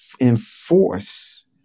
enforce